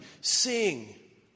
sing